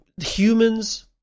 Humans